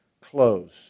close